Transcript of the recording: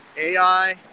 AI